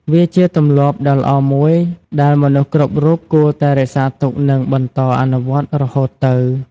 វាជាទម្លាប់ដ៏ល្អមួយដែលមនុស្សគ្រប់រូបគួរតែរក្សាទុកនិងបន្តអនុវត្តរហូតទៅ។